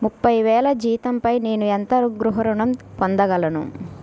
ముప్పై వేల జీతంపై నేను ఎంత గృహ ఋణం పొందగలను?